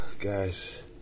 guys